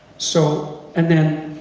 so, and then,